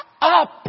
up